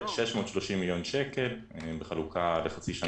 630 מיליון שקל בחלוקה לחצי שנה ראשונה.